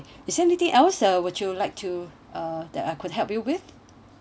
is there anything else uh would you like to uh that I could help you with